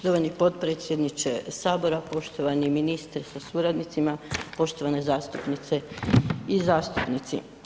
Poštovani potpredsjedniče Sabora, poštovani ministre sa suradnicima, poštovane zastupnice i zastupnici.